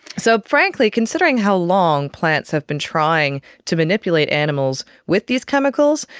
so frankly, considering how long plants have been trying to manipulate animals with these chemicals,